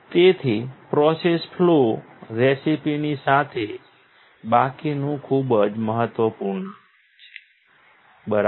તેથી process flow રેસિપીની સાથે બાકીનું ખૂબ જ મહત્વપૂર્ણ છે બરાબર